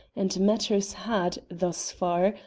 and matters had, thus far,